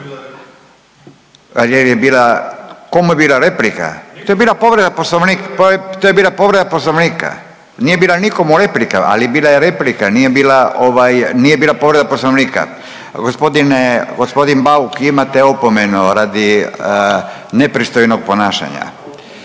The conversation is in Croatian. razumije./… Komu je bila replika? To je bila povreda poslovnika nije bila nikomu replika, ali je bila replika, nije bila povreda poslovnika. Gospodin Bauk imate opomenu radi nepristojnog ponašanja.